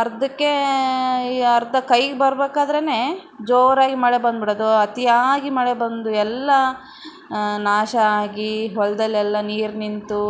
ಅರ್ಧಕ್ಕೆ ಅರ್ಧ ಕೈಗೆ ಬರ್ಬೇಕಾದ್ರೇ ಜೋರಾಗಿ ಮಳೆ ಬಂದುಬಿಡೋದು ಅತಿಯಾಗಿ ಮಳೆ ಬಂದು ಎಲ್ಲ ನಾಶ ಆಗಿ ಹೊಲದಲ್ಲೆಲ್ಲ ನೀರು ನಿಂತು